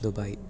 Dubai